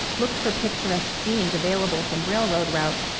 looked for picturesque scenes available from railroad routes,